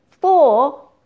Four